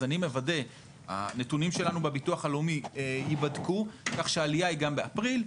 אז הנתונים שלנו בביטוח הלאומי ייבדקו כך שהעלייה היא גם באפריל,